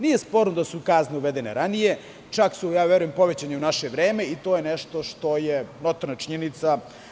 Nije sporno da su kazne uvedene ranije, čak su i povećane u naše vreme i to je nešto što je notorna činjenica.